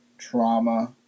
trauma